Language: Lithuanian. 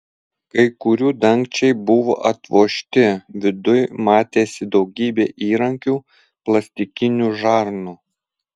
kai kurių dangčiai buvo atvožti viduj matėsi daugybė įrankių plastikinių žarnų